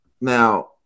Now